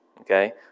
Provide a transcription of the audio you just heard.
Okay